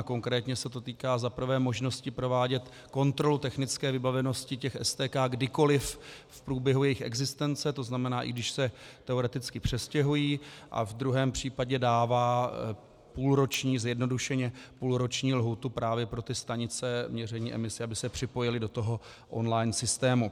Konkrétně se to týká za prvé možnosti provádět kontrolu technické vybavenosti STK kdykoli v průběhu jejich existence, to znamená, i když se teoreticky přestěhují, a ve druhém případě dává zjednodušeně půlroční lhůtu právě pro stanice měření emisí, aby se připojily do online systému.